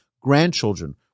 grandchildren